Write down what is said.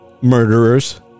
murderers